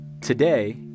Today